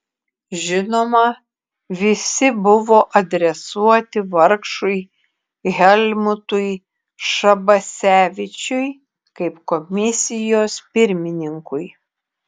žinoma visi buvo adresuoti vargšui helmutui šabasevičiui kaip komisijos pirmininkui